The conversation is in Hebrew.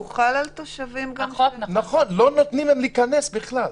הוא חל גם על תושבים --- לא נותנים להם להיכנס בכלל.